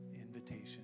invitation